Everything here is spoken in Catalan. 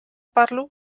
parlo